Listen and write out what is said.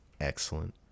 Excellent